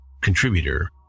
Contributor